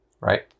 right